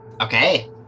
Okay